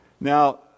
Now